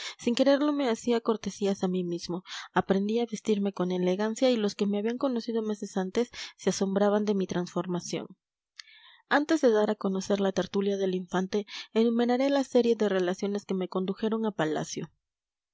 sin quererlo me hacía cortesías a mí mismo aprendí a vestirme con elegancia y los que me habían conocido meses antes se asombraban de mi transformación antes de dar a conocer la tertulia del infante enumeraré la serie de relaciones que me condujeron a palacio